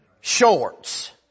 Shorts